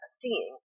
seeing